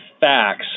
facts